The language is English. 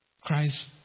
Christ